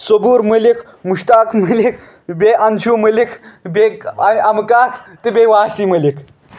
سوبُر مٔلک مشتاق مٔلک بییٚہِ انشو مٔلک بیٚیہِ آیہِ امہٕ کاک تہٕ بیٚیہِ واسی مٔلِک